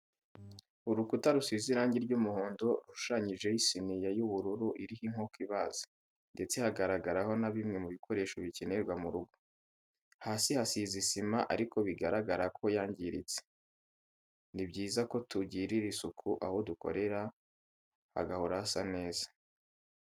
Urukuta rusize irangi ry'umuhondo rushushanyijeho isiniya y'ubururu iriho inkoko ibaze, ndetse hagaragaraho na bimwe mu bikoresho bikenerwa mu rugo, hasi hasize isima ariko bigaragara ko yangiritse, ni byiza ko tugirira isuku aho dukorera hagahora hasa neza.